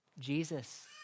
Jesus